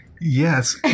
Yes